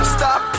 Stop